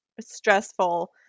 stressful